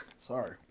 Sorry